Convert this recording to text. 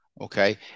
okay